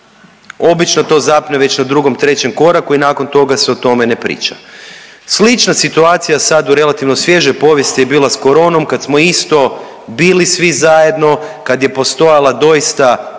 Obično to zapne već na 2-3 koraku i nakon toga se o tome ne priča. Slična situacija sad u relativno svježe povijesti je bila s koronom kad smo isto bili svi zajedno, kad je postojala doista